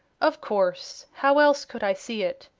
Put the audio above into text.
of course how else could i see it?